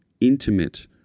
intimate